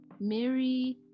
mary